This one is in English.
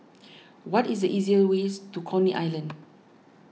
what is the easiest way to Coney Island